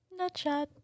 nutshot